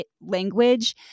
language